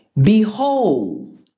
Behold